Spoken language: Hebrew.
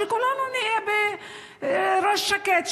שכולנו נהיה בראש שקט,